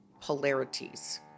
polarities